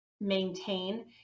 maintain